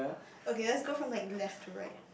okay let's go from like left to right